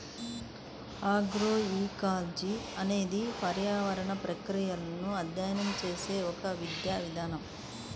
agroecology అనేది పర్యావరణ ప్రక్రియలను అధ్యయనం చేసే ఒక విద్యా విభాగం